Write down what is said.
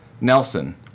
Nelson